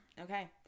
Okay